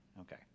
Okay